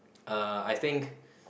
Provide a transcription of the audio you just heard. uh I think